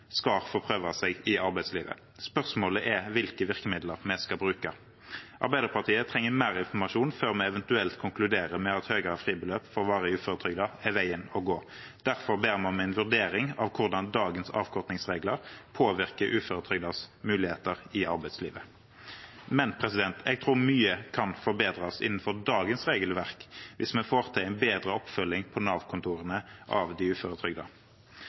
skal få prøve seg i arbeidslivet. Spørsmålet er hvilke virkemidler vi skal bruke. Arbeiderpartiet trenger mer informasjon før vi eventuelt konkluderer med at høyere fribeløp for varig uføretrygdede er veien å gå. Derfor ber vi om en vurdering av hvordan dagens avkortningsregler påvirker uføretrygdedes muligheter i arbeidslivet. Men jeg tror mye kan forbedres innenfor dagens regelverk hvis vi får til en bedre oppfølging på Nav-kontorene av de